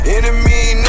Enemy